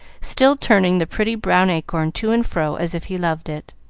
still turning the pretty brown acorn to and fro as if he loved it.